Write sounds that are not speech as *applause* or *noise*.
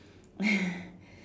*laughs*